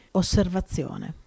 osservazione